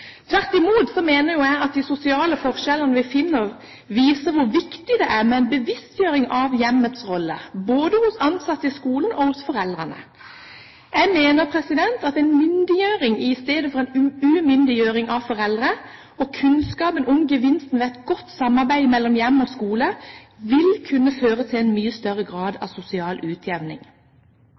Tvert imot mener jeg at de sosiale forskjellene vi finner, viser hvor viktig det er med en bevisstgjøring av hjemmets rolle, både hos ansatte i skolen og hos foreldrene. Jeg mener at en myndiggjøring i stedet for en umyndiggjøring av foreldre og kunnskapen om gevinsten ved et godt samarbeid mellom hjem og skole vil kunne føre til en mye større grad av sosial utjevning.